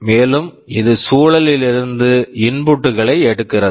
மேலும் இது சூழலில் இருந்து இன்புட் input களை எடுக்கிறது